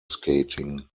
skating